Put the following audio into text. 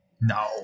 No